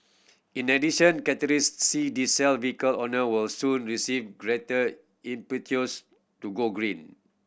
in addition Category C diesel vehicle owner will soon receive greater impetus to go green